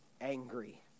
angry